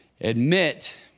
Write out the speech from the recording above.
Admit